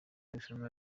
irushanwa